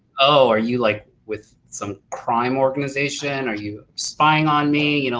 oh, are you like with some crime organizization? are you spying on me? you know